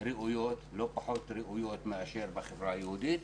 ראויות לא פחות ראויות מאשר בחברה היהודית,